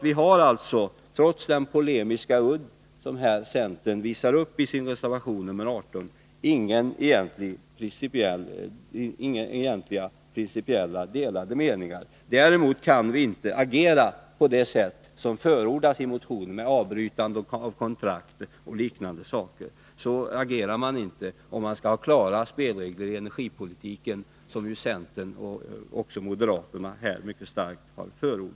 Vi har alltså, trots centerns polemiska udd i reservation 18, egentligen inte olika principiell mening. Däremot kan vi socialdemokrater inte agera på det sätt som förordas i motion 1100, med avbrytande av kontrakt och liknande saker. Så agerar man inte om man skall ha klara spelregler i energipolitiken, vilket centern och moderaterna här mycket starkt har pläderat för.